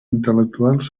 intel·lectuals